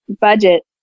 budget